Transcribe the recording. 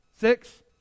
Six